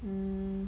mm